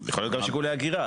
זה יכול להיות גם שיקולי הגירה.